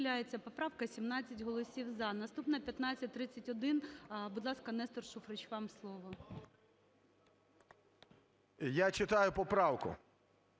Я читаю поправку: